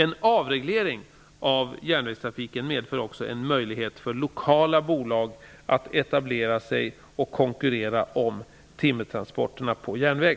En avreglering av järnvägstrafiken medför också en möjlighet för lokala bolag att etablera sig och konkurrera om timmertransporterna på järnväg.